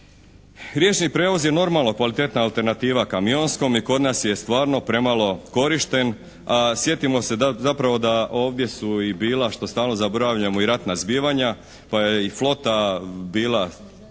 Riječni prijevoz je normalno kvalitetna alternativa kamionskom i kod nas je stvarno premalo korišten. A sjetimo se zapravo da ovdje su i bila što stalno zaboravljamo i ratna zbivanja pa je i flota bila